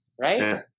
right